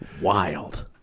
Wild